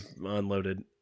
unloaded